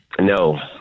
no